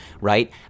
right